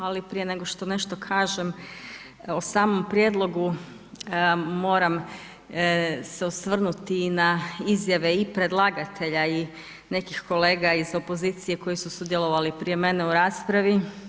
Ali prije nego što nešto kažem o samom prijedlogu, moram se osvrnuti i na izjave i predlagatelja i nekih kolega iz opozicije koji su sudjelovali prije mene u raspravi.